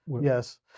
Yes